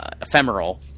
ephemeral